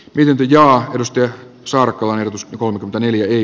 y ja jos työ sarkoohin on taneli